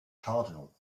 cardinal